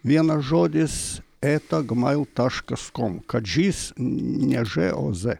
vienas žodis eta gmail taškas kom kadžys ne ž o z